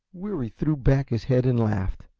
weary threw back his head and laughed.